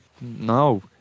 No